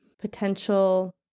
potential